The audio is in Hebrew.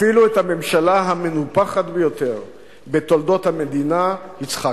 אפילו את הממשלה המנופחת ביותר בתולדות המדינה הצחקתם.